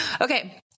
Okay